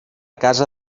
casa